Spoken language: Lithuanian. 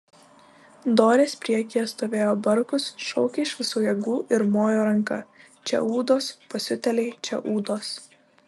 dorės priekyje stovėjo barkus šaukė iš visų jėgų ir mojo ranka čia ūdos pasiutėliai čia ūdos